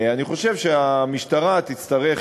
אני חושב שהמשטרה תצטרך,